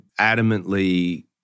adamantly